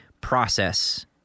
process